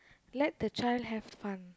let the child have fun